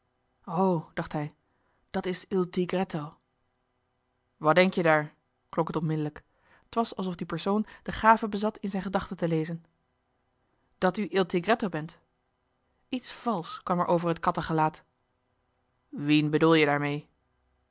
dacht hij dat is il tigretto wat denk-je daar klonk het onmiddellijk t was alsof die persoon de gave bezat in zijn gedachten te lezen dat u il tigretto bent iets valsch kwam er over het kattengelaat wien bedoel je daarmee